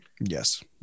Yes